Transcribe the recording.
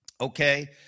Okay